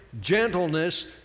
gentleness